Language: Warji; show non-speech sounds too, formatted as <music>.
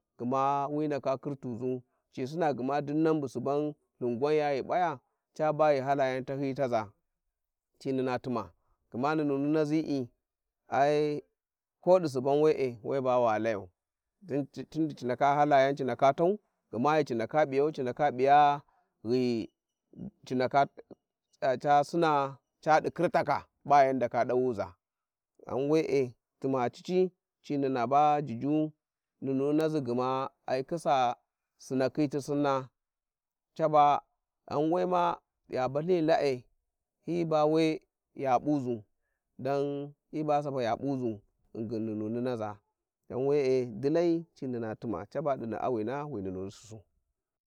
﻿Gma wi ndaka khirtizu ci sina gma dinian bu suban uthin wan ya ghi paya caba ghi hala yan tahyiyi taza, <noise> ci nuna tuma gma nununi nazi'i, <noise> ai ko disuban we`e we ba wa layau- <noise> tin-ci, tun dici ndaka hala yan ci ndaka tau, gma ghici ndaka p'iyau ci ndaka p'iya ghici ndaka-ca sinaa cadi khirtaka ba yanndaka dawuza ghen we'e tuma cici ci nununa ba juju <noise> nununi nazi gma a, khisa sinakhi ti sinna caba, ghan we man ya balthin ghi la'eihi bane ya p'uzu, ghingin nununi naza, <noise> ghan were dilai ci nuna tuma, ca ba di na'awina wi nununi susu. <noise>